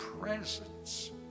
presence